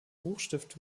hochstift